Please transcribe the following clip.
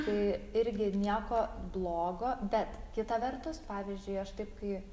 tai irgi nieko blogo bet kita vertus pavyzdžiui aš taip kai